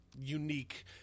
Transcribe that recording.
unique